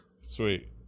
Sweet